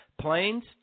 planes